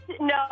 No